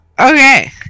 Okay